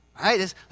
right